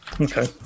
Okay